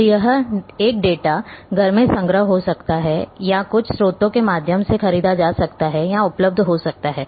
तो एक डाटा घर में संग्रह हो सकता है या कुछ स्रोतों के माध्यम से खरीदा जा सकता है या उपलब्ध हो सकता है